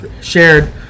shared